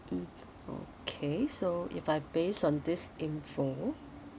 mmhmm okay so if I base on this info